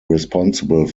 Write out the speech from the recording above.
responsible